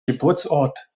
geburtsort